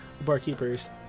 barkeeper's